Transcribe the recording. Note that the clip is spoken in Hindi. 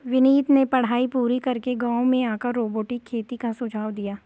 विनीत ने पढ़ाई पूरी करके गांव में आकर रोबोटिक खेती का सुझाव दिया